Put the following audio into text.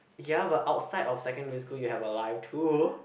ya but outside of secondary school you have a life too